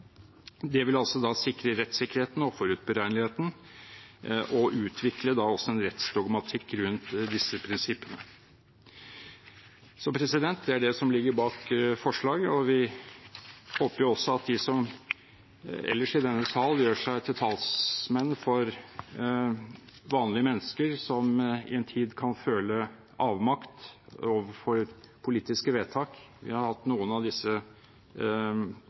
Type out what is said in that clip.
rettsdogmatikk rundt disse prinsippene. Det er det som ligger bak forslaget. Vi håper at de som i denne sal ellers gjør seg til talsmenn for vanlige mennesker – som i en tid kan føle avmakt overfor politiske vedtak; vi har hørt om noen